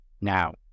Now